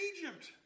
Egypt